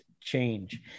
change